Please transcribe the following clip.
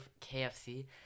KFC